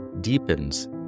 deepens